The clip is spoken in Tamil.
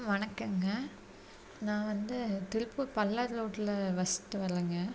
வணக்கமுங்க நான் வந்து திருப்பூர் பல்லடம் ரோட்டுல வசித்து வர்றேங்க